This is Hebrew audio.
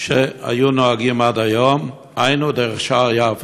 שהיו נוהגים עד היום, היינו דרך שער יפו.